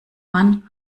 man